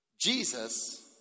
Jesus